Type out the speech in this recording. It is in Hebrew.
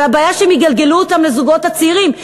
אבל הבעיה היא שהם יגלגלו אותו לזוגות הצעירים,